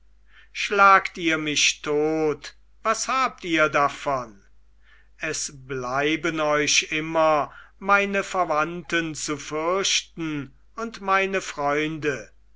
schlagt ihr mich tot was habt ihr davon es bleiben euch immer meine verwandten zu fürchten und meine freunde